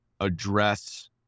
address